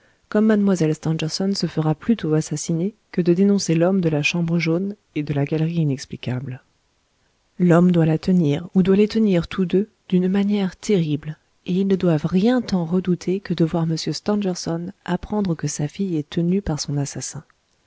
comme mlle stangerson se fera plutôt assassiner que de dénoncer l'homme de la chambre jaune et de la galerie inexplicable l'homme doit la tenir ou doit les tenir tous les deux d'une manière terrible et ils ne doivent rien tant redouter que de voir m stangerson apprendre que sa fille est tenue par son assassin